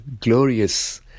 glorious